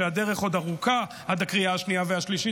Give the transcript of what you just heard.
שהדרך עוד ארוכה עד הקריאה השנייה והשלישית,